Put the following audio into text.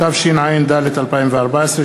התשע"ד 2014,